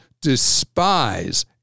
despise